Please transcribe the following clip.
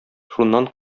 шуннан